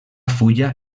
fulla